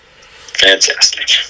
Fantastic